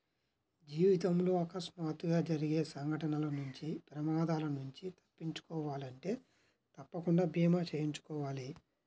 జీవితంలో అకస్మాత్తుగా జరిగే సంఘటనల నుంచి ప్రమాదాల నుంచి తప్పించుకోవాలంటే తప్పకుండా భీమా చేయించుకోవాలి